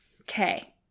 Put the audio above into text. okay